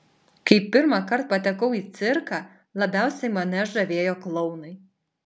kai pirmąkart patekau į cirką labiausiai mane žavėjo klounai